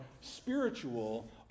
spiritual